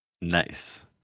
Nice